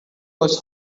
was